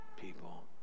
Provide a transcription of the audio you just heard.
people